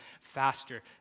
faster